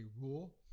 rule